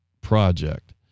project